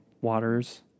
waters